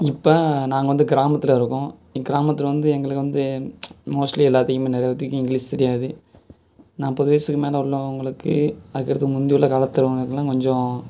இப்போ நாங்கள் வந்து கிராமத்தில் இருக்கோம் கிராமத்தில் வந்து எங்களுக்கு வந்து மோஸ்ட்லி எல்லாத்தையுமே நிறைய பேர்த்துக்கு இங்கிலீஸ் தெரியாது நாற்பது வயதுக்கு மேலே உள்ளவர்களுக்கு அதுக்கடுத்து முந்தியுள்ள காலத்தில் உள்ளவங்களுக்குலாம் கொஞ்சம்